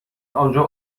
آنجا